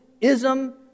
ism